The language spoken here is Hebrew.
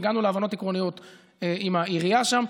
הגענו להבנות עקרוניות עם העירייה שם.